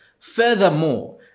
Furthermore